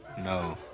no.